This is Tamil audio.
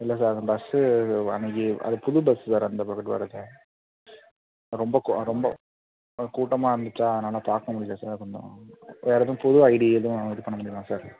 இல்லை சார் அந்த பஸ்ஸு அன்னைக்கு அது புது பஸ்ஸு சார் அந்த பக்கத்து வர்றது ரொம்ப கோ ரொம்பக் கூட்டமாக இருந்துச்சா அதனால் பார்க்க முடியல சார் கொஞ்சம் வேறு எதுவும் புது ஐடி எதுவும் இதுப் பண்ண முடியுமா சார்